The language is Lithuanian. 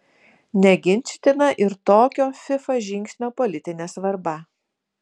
neginčytina ir tokio fifa žingsnio politinė svarba